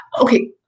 okay